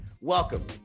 Welcome